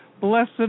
blessed